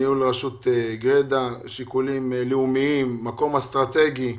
שיקולים לאומיים, מקום אסטרטגי.